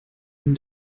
ihn